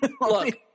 Look